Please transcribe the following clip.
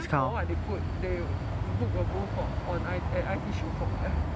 then for what they book a booth for I_T show for what